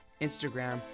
Instagram